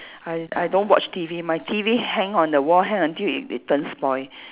I I don't watch T_V my T_V hang on the wall hang until it it turn spoil